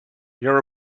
your